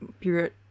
period